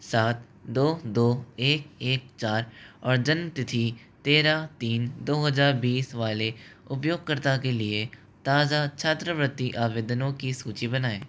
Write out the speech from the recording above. सात दो दो एक एक चार और जन्म तिथि तेरह तीन दो हज़ार बीस वाले उपयोगकर्ता के लिए ताजा छात्रवृत्ति आवेदनों की सूची बनाएँ